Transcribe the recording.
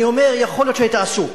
אני אומר, יכול להיות שהיית עסוק,